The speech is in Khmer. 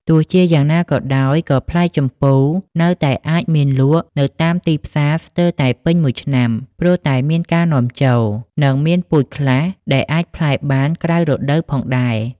ទោះជាយ៉ាងណាក៏ដោយ ក៏ផ្លែជម្ពូនៅតែអាចមានលក់នៅតាមទីផ្សារស្ទើរតែពេញមួយឆ្នាំ ព្រោះតែមានការនាំចូល និងមានពូជខ្លះដែលអាចផ្លែបានក្រៅរដូវផងដែរ។